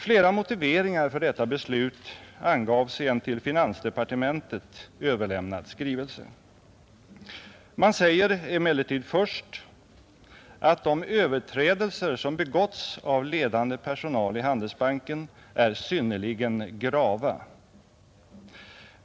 Flera motiveringar för detta beslut angavs i en till finansdepartementet överlämnad skrivelse. Man säger emellertid först att de överträdelser som begåtts av ledande personal i Handelsbanken är synnerligen grava.